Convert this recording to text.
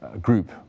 group